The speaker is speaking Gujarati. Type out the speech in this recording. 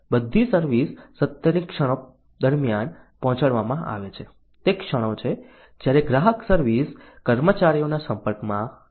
બધી સર્વિસ સત્યની ક્ષણો દરમિયાન પહોંચાડવામાં આવે છે તે ક્ષણો છે જ્યારે ગ્રાહક સર્વિસ કર્મચારીઓના સંપર્કમાં આવે છે